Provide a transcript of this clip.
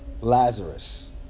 Lazarus